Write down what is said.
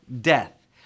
death